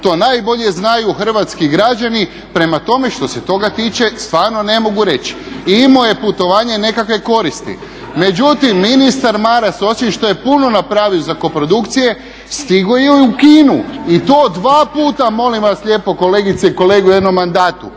To najbolje znaju hrvatski građani, prema tome što se toga tiče stvarno ne mogu reći. I imao je putovanje nekakve koristi, među ministar Maras osim što je puno napravio za koprodukcije stigao u Kinu i to dva puta molim vas lijepo kolegice i kolege u jednom mandatu.